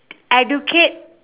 educate